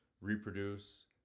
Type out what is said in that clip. reproduce